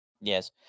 Yes